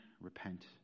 repent